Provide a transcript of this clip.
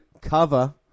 cover